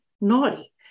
naughty